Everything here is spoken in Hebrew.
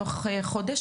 בתוך כחודש,